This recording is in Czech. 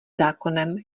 zákonem